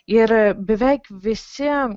ir beveik visi